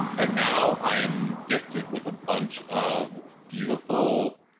um and now, i am gifted with a bunch of beautiful